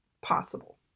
possible